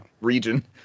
region